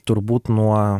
turbūt nuo